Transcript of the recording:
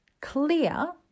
clear